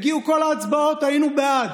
הגיעו כל ההצבעות, היינו בעד.